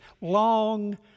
long